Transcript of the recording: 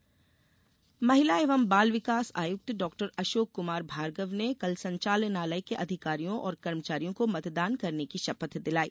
मतदान शपथ महिला एवं बाल विकास आयुक्त डॉ अशोक कुमार भार्गव ने कल संचालनालय के अधिकारियों और कर्मचारियों को मतदान करने की शपथ दिलाई